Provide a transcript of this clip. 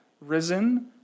risen